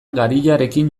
gariarekin